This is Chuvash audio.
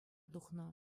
тухнӑ